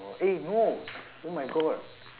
oh eh no omg